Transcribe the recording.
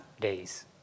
days